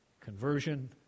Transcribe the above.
Conversion